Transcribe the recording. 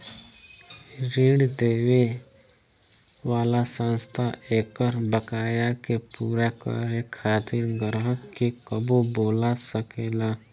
ऋण देवे वाला संस्था एकर बकाया के पूरा करे खातिर ग्राहक के कबो बोला सकेला